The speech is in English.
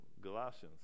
galatians